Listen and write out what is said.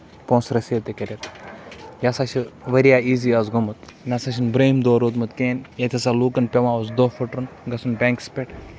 پونسہٕ رٔسیٖو تہِ کٔرِتھ یہِ سا چھُ واریاہ ایزی آز گوٚومُت یہِ نہ سا چھُنہٕ برونہِم دور روٗدمُت کہینۍ ییٚتہِ ہسا لُکن پیٚوان اوس دۄہ پھٹرُن گژھُن بینکَس پٮ۪ٹھ